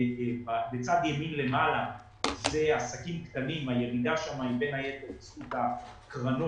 בצד ימין למעלה אלה עסקים קטנים והירידה שם היא בין היתר בזכות הקרנות.